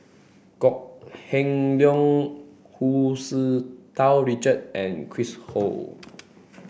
Kok Heng Leun Hu Tsu Tau Richard and Chris Ho